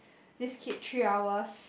this kid three hours